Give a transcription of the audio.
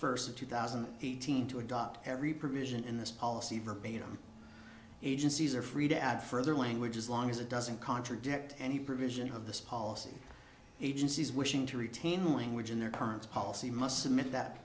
first two thousand and eighteen to adopt every provision in this policy verbatim agencies are free to add further language as long as it doesn't contradict any provision of this policy agency's wishing to retain the language in their current policy must submit that